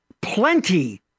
plenty